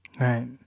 Right